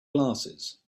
glasses